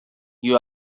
you